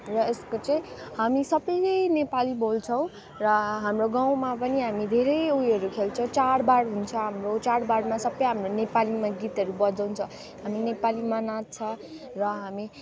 र यसको चाहिँ हामी सबै नेपाली बोल्छौँ र हाम्रो गाउँमा पनि हामी धेरै उयोहरू खेल्छौँ चाडबाड हुन्छ हाम्रो चाडबाडमा सबै हाम्रो नेपालीमा गीतहरू बजाउँछ अनि नेपालीमा नाच्छ र हामी